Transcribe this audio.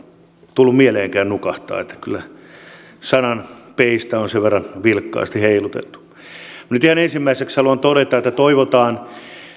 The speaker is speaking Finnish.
tullut mieleenkään nukahtaa kyllä sanan peistä on sen verran vilkkaasti heilutettu nyt ihan ensimmäiseksi haluan todeta että toivotaan